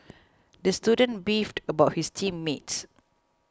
the student beefed about his team mates